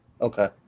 Okay